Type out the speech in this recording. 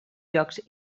llocs